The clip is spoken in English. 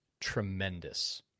tremendous